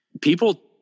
People